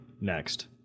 Next